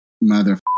mother